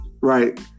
Right